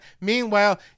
Meanwhile